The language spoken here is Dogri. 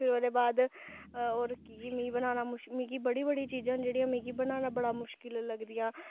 फिर ओह्दे बाद होर की मी बनाना मुश मिगी बड़ी बड़ी चीजां न जेह्डियां मिगी बनाना बड़ा मुश्कल लगदियां